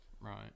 right